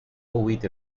with